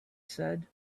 said